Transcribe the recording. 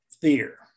fear